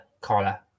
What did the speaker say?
collar